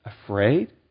afraid